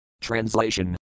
Translation